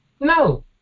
No